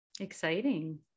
exciting